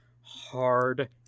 hard